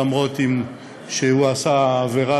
אף שהוא עשה עבירה,